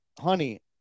honey